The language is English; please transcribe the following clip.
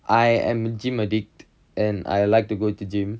I am a gym addict and I like to go to gym